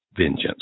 vengeance